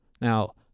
now